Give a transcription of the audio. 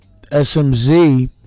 SMZ